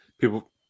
People